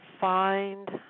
find